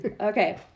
Okay